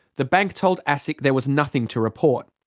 the bank told asic there was nothing to report.